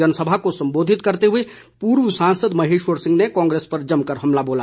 जनसभा को संबोधित करते हुए पूर्व सांसद महेश्वर सिंह ने कांग्रेस पर जमकर हमला बोला